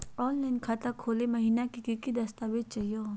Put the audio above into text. Online खाता खोलै महिना की की दस्तावेज चाहीयो हो?